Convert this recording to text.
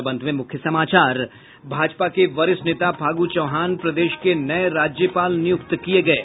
और अब अंत में मुख्य समाचार भाजपा के वरिष्ठ नेता फागू चौहान प्रदेश के नये राज्यपाल नियुक्त किये गये